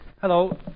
Hello